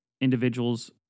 individuals